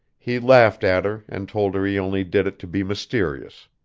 he laughed at her and told her he only did it to be mysterious.